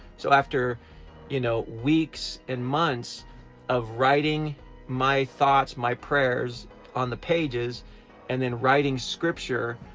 so after you know weeks and months of writing my thoughts, my prayers on the pages and then writing scripture,